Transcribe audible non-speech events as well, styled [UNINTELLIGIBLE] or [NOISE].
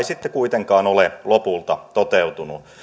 [UNINTELLIGIBLE] sitten kuitenkaan ole lopulta toteutunut